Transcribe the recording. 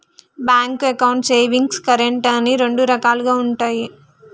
bank అకౌంట్లు savings, current అని రెండు రకాలుగా ఉంటయి